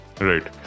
Right